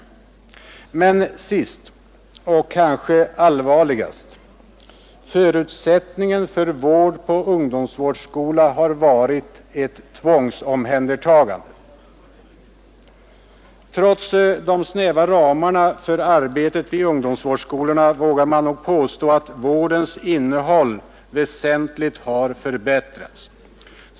För det tredje — och det är kanske det allvarligaste — har förutsättningen för vård på ungdomsvårdsskola varit ett tvångsomhändertagande. Trots de snäva ramarna för arbetet vid ungdomsvårdsskolorna vågar jag nog påstå att vårdens innehåll väsentligt har förbättrats.